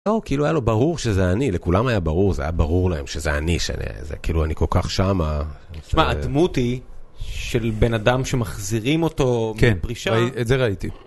לא, כאילו היה לו ברור שזה אני, לכולם היה ברור, זה היה ברור להם שזה אני שאני איזה, כאילו אני כל כך שמה. תשמע, הדמות היא של בן אדם שמחזירים אותו בפרישה. כן, את זה ראיתי.